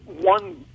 one